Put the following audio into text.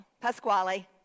Pasquale